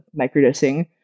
microdosing